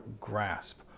grasp